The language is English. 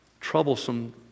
troublesome